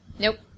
Nope